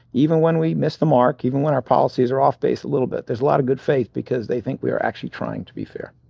even when we miss the mark, even when our policies are off base a little bit. there's a lotta good faith because they think we are actually trying to be fair.